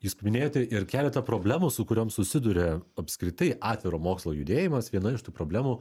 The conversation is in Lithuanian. jūs paminėjote ir keletą problemų su kuriom susiduria apskritai atviro mokslo judėjimas viena iš tų problemų